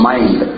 Mind